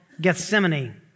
Gethsemane